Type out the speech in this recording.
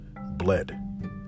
bled